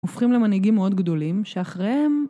הופכים למנהיגים מאוד גדולים שאחריהם